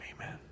amen